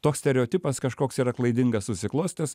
toks stereotipas kažkoks yra klaidingas susiklostęs